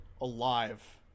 alive